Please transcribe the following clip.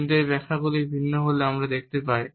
কিন্তু এই ব্যাখ্যাগুলি ভিন্ন হলেও আমরা দেখতে পাই